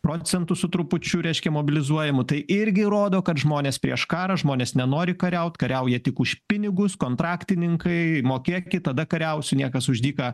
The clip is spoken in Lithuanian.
proentų su trupučiu reiškia mobilizuojama tai irgi rodo kad žmonės prieš karą žmonės nenori kariaut kariauja tik už pinigus kontraktininkai mokėkit tada kariausiu niekas už dyką